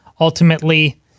Ultimately